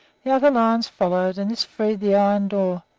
the other lions followed, and this freed the iron door,